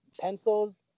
pencils